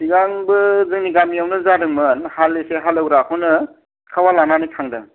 सिगांबो जोंनि गामियावनो जादोंमोन हालिसे हालौग्राखौनो सिखावा लानानै थांदों